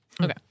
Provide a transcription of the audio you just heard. Okay